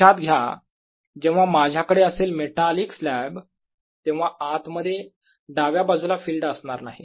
लक्षात घ्या जेव्हा माझ्याकडे असेल मेटालिक स्लॅब तेव्हा आत मध्ये डाव्या बाजूला फील्ड असणार नाही